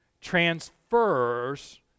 transfers